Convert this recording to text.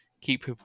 keep